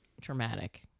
traumatic